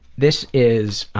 this is